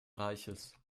reiches